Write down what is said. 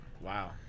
Wow